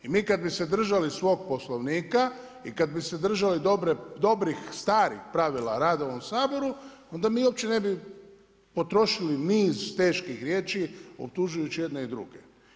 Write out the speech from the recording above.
I mi kad bi se držali svog poslovnika i kad bi se držali dobrih starih pravila rada u ovom Saboru, onda mi uopće ne bi potrošili niz teških riječi optužujući jedne i druge.